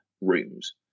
rooms